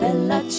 Bella